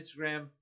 Instagram